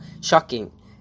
Shocking